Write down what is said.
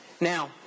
Now